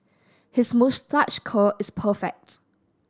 his moustache curl is perfect